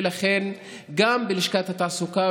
ולכן גם בלשכת התעסוקה,